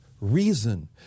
reason